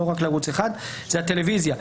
ולא רק לערוץ 1. בטלוויזיה,